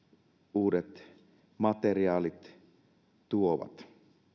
uudet materiaalit tuovat